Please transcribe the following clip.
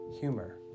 humor